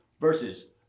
versus